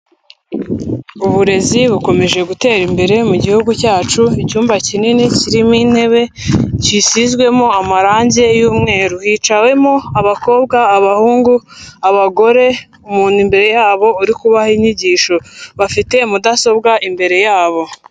Uburezi bukomeje gutera imbere mu Gihugu cyacu, icyumba kinini kirimo intebe, kisizwemo amarange y'umweru. Hiciwemo abakobwa, abahungu, abagore, umuntu imbere yabo uri kubaha inyigisho. Bafite mudasobwa imbere yabo.